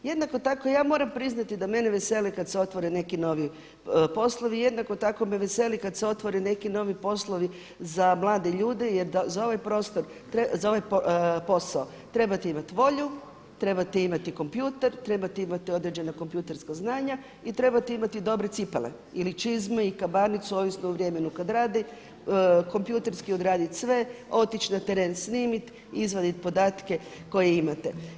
Jednako tako ja moram priznati da mene vesele kada se otvore neki novi poslovi, jednako tako me veseli kada se otvore neki novi poslovi za mlade ljude jer za ovaj posao trebate imati volju, trebate imati kompjuter, trebate imati određena kompjuterska znanja i trebate imati dobre cipele ili čizme i kabanicu ovisno o vremenu kada radi, kompjuterski odraditi sve, otići na teren, snimit, izvadit podatke koje imate.